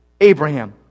Abraham